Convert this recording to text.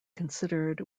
considered